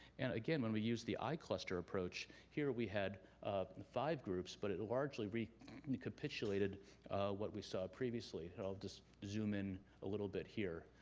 and again when we used the icluster approach here we had um and five groups, but it largely recapitulated what we saw previously. here, i'll just zoom in a little bit here.